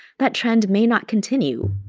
that trend may not continue.